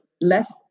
less